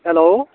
hello